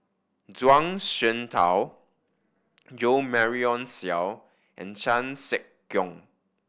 Zhuang Shengtao Jo Marion Seow and Chan Sek Keong